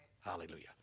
Hallelujah